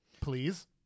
please